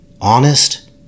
Honest